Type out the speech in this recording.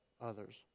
others